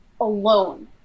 alone